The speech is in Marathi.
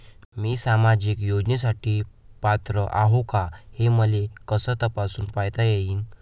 मी सामाजिक योजनेसाठी पात्र आहो का, हे मले कस तपासून पायता येईन?